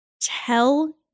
tell